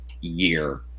year